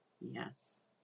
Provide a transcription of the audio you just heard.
Yes